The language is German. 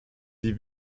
die